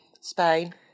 Spain